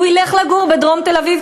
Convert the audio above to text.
הוא ילך לגור בדרום תל-אביב,